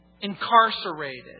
incarcerated